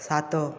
ସାତ